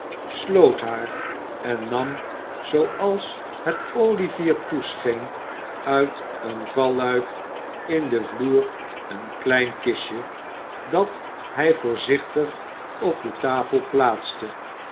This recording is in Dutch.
sloot haar en nam zooals het olivier toescheen uit een valluik in den vloer een klein kistje dat hij voorzichtig op de tafel plaatste